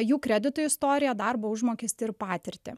jų kredito istoriją darbo užmokestį ir patirtį